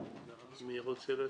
מי רוצה להציג?